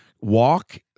walk